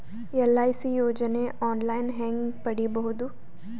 LIC ಯೋಜನೆ online ಹೇಂಗ ಪಡಿಬಹುದು?